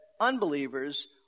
unbelievers